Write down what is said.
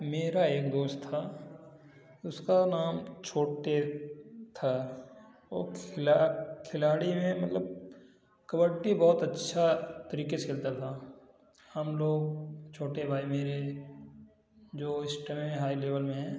मेरा एक दोस्त था उसका नाम छोटे था ओ खिलाड़ी में मतलब कबड्डी बहुत अच्छा क्रिकेस खेलता था हम लोग छोटे भाई मेरे जो इस समय में हाई लेबल में हैं